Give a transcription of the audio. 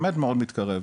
באמת מאוד מתקרב,